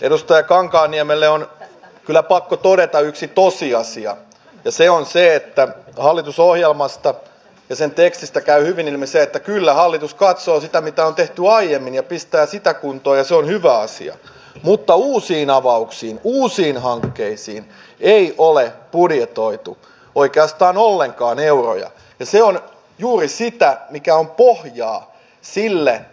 edustaja kankaanniemelle on kyllä pakko todeta yksi tosiasia ja se on se että hallitusohjelmasta ja sen tekstistä käy hyvin ilmi se että kyllä hallitus katsoo sitä mitä on tehty aiemmin ja pistää kuntoon ja se on hyvä asia mutta uusiin avauksiin uusiin hankkeisiin ei ole budjetoitu oikeastaan ollenkaan euroja ja se on juuri sitä mikä on pohjaa sille